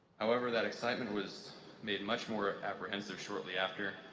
however, that excitement was made much more apprehensive shortly after,